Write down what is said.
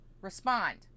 respond